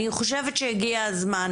אני חושבת שהגיע הזמן